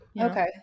Okay